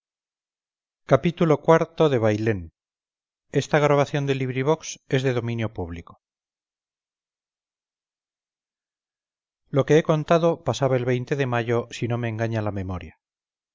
xxvi xxvii xxviii xxix xxx xxxi xxxii bailén de benito pérez galdós lo que he contado pasaba el de mayo si no me engaña la memoria